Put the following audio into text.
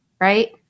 right